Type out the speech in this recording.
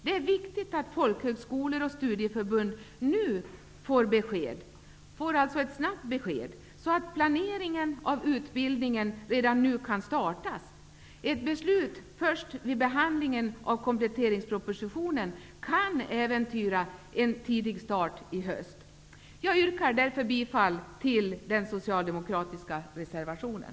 Det är viktigt att folkhögskolor och studieförbund nu får ett snabbt besked, så att planeringen av utbildningen redan nu kan startas. Ett beslut först vid behandlingen av kompletteringspropositionen kan äventyra en tidig start i höst. Jag yrkar därför bifall till den socialdemokratiska reservationen.